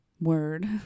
word